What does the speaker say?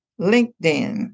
LinkedIn